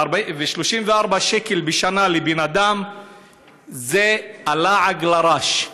ו-34 שקל בשנה לבן-אדם זה לעג לרש.